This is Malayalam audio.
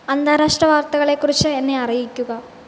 അന്താരാഷ്ട്ര വാര്ത്തകളെക്കുറിച്ച് എന്നെ അറിയിക്കുക